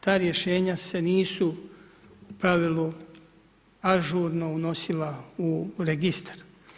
Ta rješenja se nisu u pravilu ažurno unosila u registar.